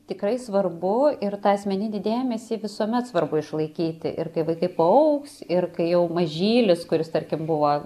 tikrai svarbu ir tą asmeninį dėmesį visuomet svarbu išlaikyti ir kai vaikai paaugs ir kai jau mažylis kuris tarkim buvo